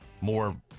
more